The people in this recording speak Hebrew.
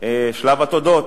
שלב התודות.